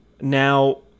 Now